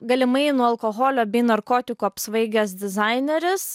galimai nuo alkoholio bei narkotikų apsvaigęs dizaineris